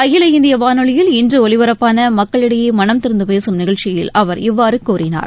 அகில இந்திய வானொலியில் இன்று ஒலிபரப்பான மக்களிடையே மனம் திறந்து பேசும் நிகழ்ச்சியில் அவர் இவ்வாறு கூறினார்